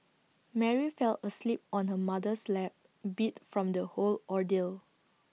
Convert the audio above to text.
Mary fell asleep on her mother's lap beat from the whole ordeal